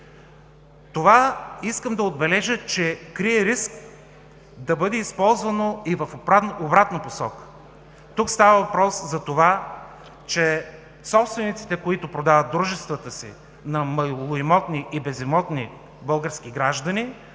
Това искам да отбележа, че крие риск да бъде използвано и в обратна посока. Тук става въпрос за това, че собствениците, които продават дружествата си на малоимотни и безимотни български граждани,